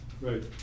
Right